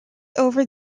over